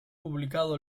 publicado